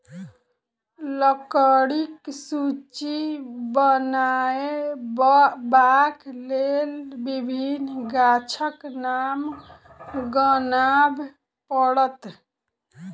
लकड़ीक सूची बनयबाक लेल विभिन्न गाछक नाम गनाब पड़त